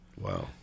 Wow